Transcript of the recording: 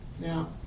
Now